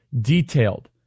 detailed